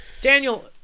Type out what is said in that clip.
Daniel